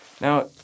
Now